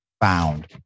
found